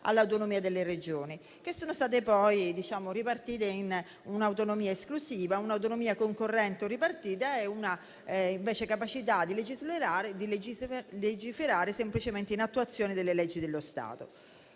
all'autonomia delle Regioni che sono state poi ripartite in un'autonomia esclusiva, un'autonomia concorrente o ripartita e una capacità di legiferare semplicemente in attuazione delle leggi dello Stato.